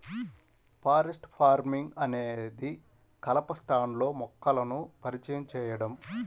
forest farming అనేది కలప స్టాండ్లో మొక్కలను పరిచయం చేయడం